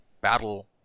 battle